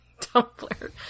Tumblr